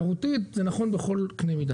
זה נכון תיירותית וזה נכון בכל קנה מידה.